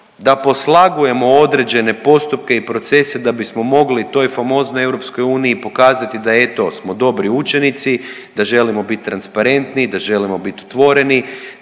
da poslagujemo određene postupke i procese da bismo mogli toj famoznoj EU pokazati da eto smo dobri učenici, da želimo bit transparentni, da želimo bit otvoreni,